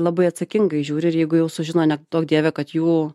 labai atsakingai žiūri ir jeigu jau sužino ne duok dieve kad jų